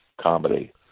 comedy